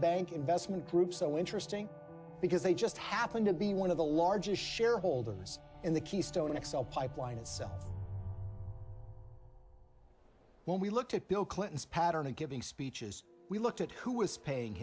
bank investment group so interesting because they just happened to be one of the largest shareholders in the keystone x l pipeline and so when we looked at bill clinton's pattern of giving speeches we looked at who was paying